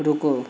रुको